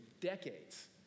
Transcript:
decades